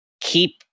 keep